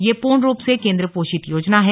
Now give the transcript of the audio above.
यह पूर्ण रूप से केन्द्र पोषित योजना है